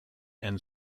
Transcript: and